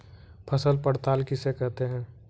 फसल पड़ताल किसे कहते हैं?